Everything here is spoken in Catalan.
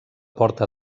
porta